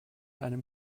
einem